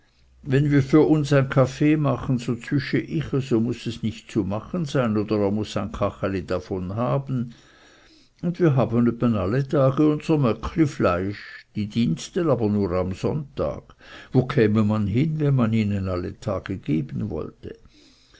wenn wir für uns ein kaffee machen so zwüsche yche so muß es nicht zu machen sein oder er muß ein kacheli davon haben und wir haben öppe alle tage unser möckli fleisch die diensten aber nur am sonntag wo käme man hin wenn man ihnen alle tage geben wollte